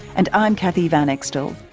and i'm cathy van extel.